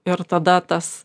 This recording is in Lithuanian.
ir tada tas